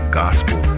gospel